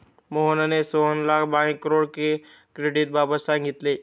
मोहनने सोहनला मायक्रो क्रेडिटबाबत सांगितले